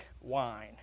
wine